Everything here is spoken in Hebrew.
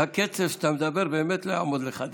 הקצב שבו אתה מדבר, באמת לא יעמוד לך לדקה.